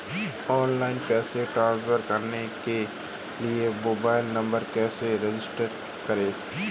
Online पैसे transfer करने के लिए मोबाइल नंबर कैसे रजिस्टर करें?